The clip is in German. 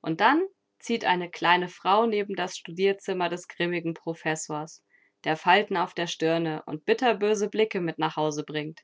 und dann zieht eine kleine frau neben das studierzimmer des grimmigen professors der falten auf der stirne und bitterböse blicke mit nach hause bringt